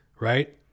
right